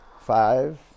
Five